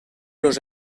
los